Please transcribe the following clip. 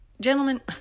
gentlemen